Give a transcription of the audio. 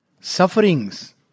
sufferings